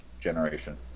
generation